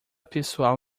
pessoal